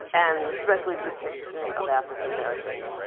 and especially the depiction of african-americans.